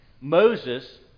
Moses